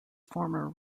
former